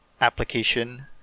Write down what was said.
application